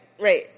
Right